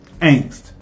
angst